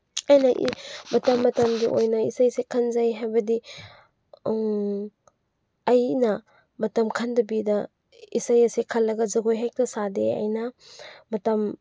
ꯑꯩꯅ ꯃꯇꯝ ꯃꯇꯝꯒꯤ ꯑꯣꯏꯅ ꯏꯁꯩꯁꯦ ꯈꯟꯖꯩ ꯍꯥꯏꯕꯗꯤ ꯑꯩꯅ ꯃꯇꯝ ꯈꯟꯗꯕꯤꯗ ꯏꯁꯩ ꯑꯁꯦ ꯈꯜꯂꯒ ꯖꯒꯣꯏ ꯍꯦꯛꯇ ꯁꯥꯗꯦ ꯑꯩꯅ ꯃꯇꯝ